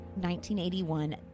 1981